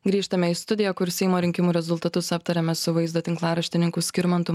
grįžtame į studiją kur seimo rinkimų rezultatus aptariame su vaizdo tinklaraštininkų skirmantu